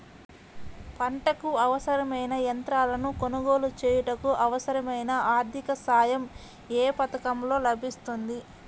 పంటకు అవసరమైన యంత్రాలను కొనగోలు చేయుటకు, అవసరమైన ఆర్థిక సాయం యే పథకంలో లభిస్తుంది?